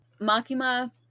Makima